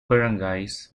barangays